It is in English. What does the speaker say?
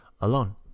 alone